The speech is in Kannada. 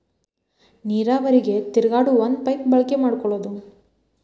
ನೇರಾವರಿಗೆ ತಿರುಗಾಡು ಒಂದ ಪೈಪ ಬಳಕೆ ಮಾಡಕೊಳುದು